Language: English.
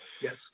Yes